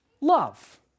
love